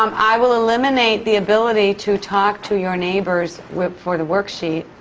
um i will eliminate the ability to talk to your neighbors with for the worksheet,